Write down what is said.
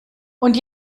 und